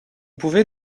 pouvait